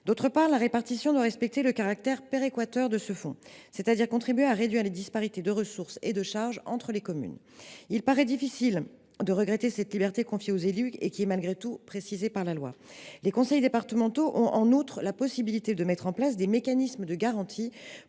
D’autre part, la répartition doit respecter le caractère péréquateur de ce fonds, c’est à dire contribuer à réduire les disparités de ressources et de charges entre les communes. Il paraît difficile de regretter cette liberté confiée aux élus, qui est précisée par la loi. En outre, les conseils départementaux ont la possibilité de mettre en place des mécanismes de garantie